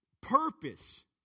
purpose